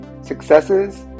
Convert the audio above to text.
successes